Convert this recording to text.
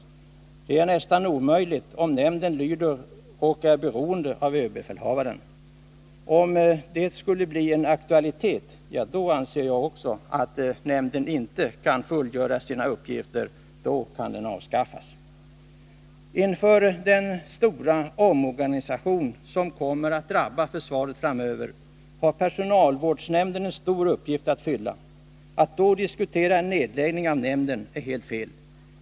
Detta är nästan omöjligt, om nämnden lyder under och är beroende av överbefälhavaren. Om det skulle bli aktuellt, ja, då anser jag också att nämnden inte kan fullgöra sina uppgifter, och då kan den avskaffas. Inför den stora omorganisation som kommer att drabba försvaret framöver har personalvårdsnämnden en stor uppgift att fylla. Att då diskutera en nedläggning av nämnden är helt fel.